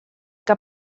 que